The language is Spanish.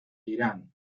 irán